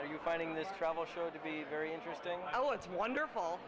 are you finding the travel show to be very interesting well it's wonderful